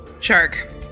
Shark